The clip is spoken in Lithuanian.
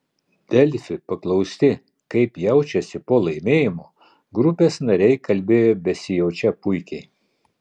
delfi paklausti kaip jaučiasi po laimėjimo grupės nariai kalbėjo besijaučią puikiai